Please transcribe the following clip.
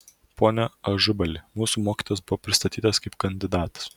pone ažubali mūsų mokytojas buvo pristatytas kaip kandidatas